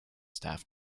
staff